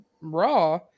raw